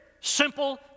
simple